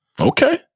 Okay